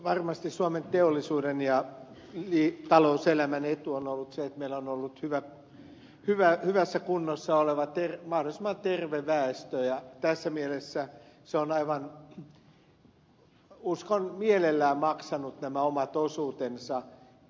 varmasti suomen teollisuuden ja talouselämän etu on ollut se että meillä on ollut hyvässä kunnossa oleva mahdollisimman terve väestö ja tässä mielessä se on aivan uskon mielelläni maksanut nämä omat osuutensa